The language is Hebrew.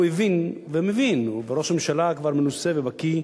הוא הבין ומבין, וראש הממשלה כבר מנוסה ובקי,